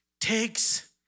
takes